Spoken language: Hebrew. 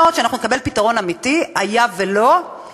ובכל רגע ובכל הצעת חוק שהממשלה תתמוך,